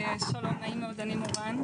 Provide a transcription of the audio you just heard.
שלום נעים מאוד אני מורן,